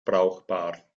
brauchbar